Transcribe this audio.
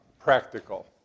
practical